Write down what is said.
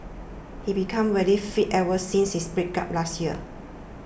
he became very fit ever since his breakup last year